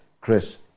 Chris